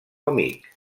amic